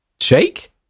shake